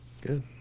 Good